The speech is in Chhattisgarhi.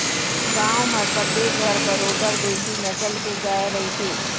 गांव म सबे घर बरोबर देशी नसल के गाय रहिथे